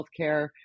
healthcare